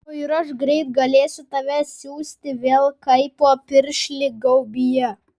o ir aš greit galėsiu tave siųsti vėl kaipo piršlį gaubyje